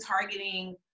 targeting